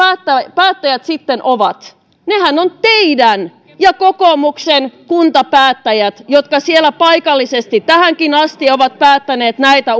päättäjät sitten ovat nehän ovat teidän ja kokoomuksen kuntapäättäjiä jotka siellä paikallisesti tähänkin asti ovat päättäneet näitä